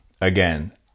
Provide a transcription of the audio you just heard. Again